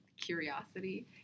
curiosity